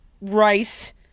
rice